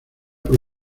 por